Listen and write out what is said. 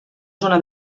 zona